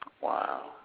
Wow